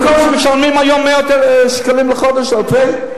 במקום שמשלמים היום מאות שקלים לחודש, אלפי.